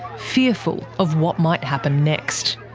fearful of what might happen next.